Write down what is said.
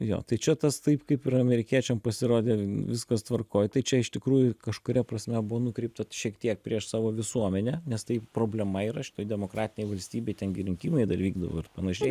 jo tai čia tas taip kaip amerikiečiam pasirodė viskas tvarkoj tai čia iš tikrųjų kažkuria prasme buvo nukreipta šiek tiek prieš savo visuomenę nes tai problema yra šitoj demokratinėj valstybėj ten gi rinkimai dar vykdavo ir panašiai